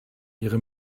ihre